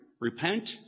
Repent